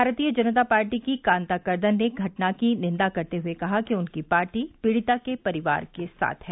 भारतीय जनता पार्टी की कांता कर्दन ने घटना की निंदा करते हुए कहा कि उनकी पार्टी पीड़िता के परिवार के साथ है